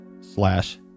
slash